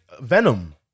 venom